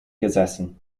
gesessen